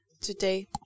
Today